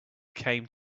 came